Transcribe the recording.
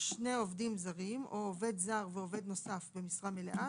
שני עובדים זרים או עובד זר ועובד נוסף במשרה מלאה,